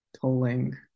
tolling